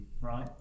Right